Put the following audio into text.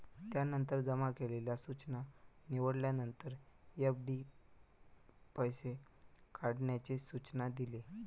त्यानंतर जमा केलेली सूचना निवडल्यानंतर, एफ.डी पैसे काढण्याचे सूचना दिले